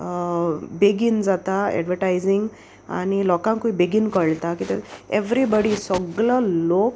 बेगीन जाता एडवटायजींग आनी लोकांकूय बेगीन कळटा कित्याक एवरीबडी सोगलो लोक